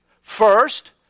First